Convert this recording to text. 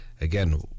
Again